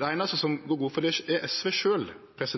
Dei einaste som går god for påstanden, er SV